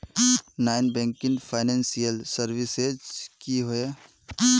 Non banking financial services की होय?